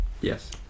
Yes